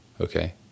okay